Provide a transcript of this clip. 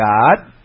God